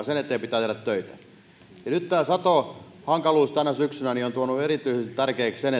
sen eteen pitää tehdä töitä nyt tämä satohankaluus tänä syksynä on tuonut erityisen tärkeäksi sen